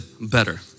better